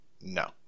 No